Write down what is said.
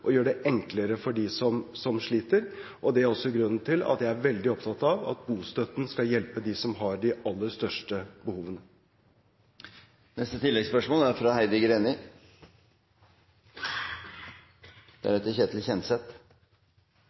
og for dem som sliter. Det er også grunnen til at jeg er veldig opptatt av at bostøtten skal hjelpe dem som har de aller største behovene.